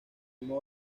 modo